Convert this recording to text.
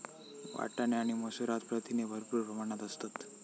वाटाणे आणि मसूरात प्रथिने भरपूर प्रमाणात असतत